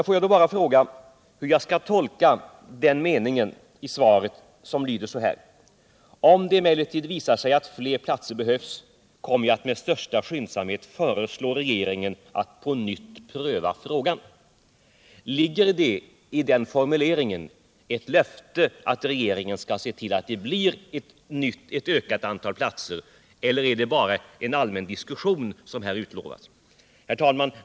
Får jag då bara fråga hur jag skall tolka den mening i svaret som lyder: ”Om det emellertid visar sig att fler platser behövs, kommer jag med största skyndsamhet föreslå regeringen att på nytt pröva frågan.” Ligger i den formuleringen ett löfte att regeringen skall se till att det blir ett ökat antal platser eller är det bara en allmän diskussion som här utlovas? Herr talman!